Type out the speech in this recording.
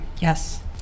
Yes